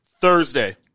Thursday